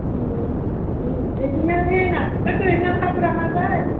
সেই ইমান কাপোৰ অনা যায়